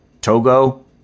Togo